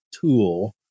tool